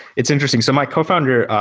it's interesting. so my cofounder,